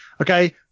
Okay